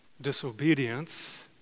disobedience